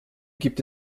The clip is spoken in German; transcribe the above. gibt